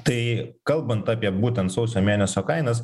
tai kalbant apie būtent sausio mėnesio kainas